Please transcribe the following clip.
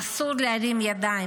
אסור להרים ידיים.